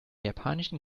japanischen